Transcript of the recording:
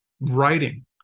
writing